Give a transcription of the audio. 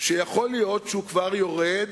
שיכול להיות שהוא כבר יורד